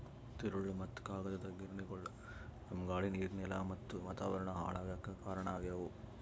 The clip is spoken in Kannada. ತಿರುಳ್ ಮತ್ತ್ ಕಾಗದದ್ ಗಿರಣಿಗೊಳು ನಮ್ಮ್ ಗಾಳಿ ನೀರ್ ನೆಲಾ ಮತ್ತ್ ವಾತಾವರಣ್ ಹಾಳ್ ಆಗಾಕ್ ಕಾರಣ್ ಆಗ್ಯವು